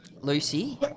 Lucy